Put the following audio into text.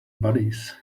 bodies